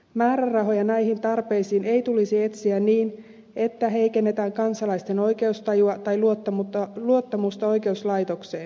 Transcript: määrärahoja näihin tarpeisiin ei tulisi etsiä niin että heikennetään kansalaisten oikeustajua tai luottamusta oikeuslaitokseen